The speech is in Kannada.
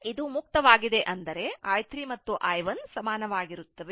ಇದು ಮುಕ್ತವಾಗಿದೆ ಅಂದರೆ i3 ಮತ್ತು i1 ಸಮಾನವಾಗಿರುತ್ತವೆ